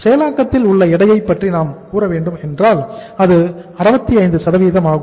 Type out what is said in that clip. செயலாக்கத்தில் உள்ள எடையை பற்றி நாம் கூற வேண்டும் என்றால் அது 65 ஆகும்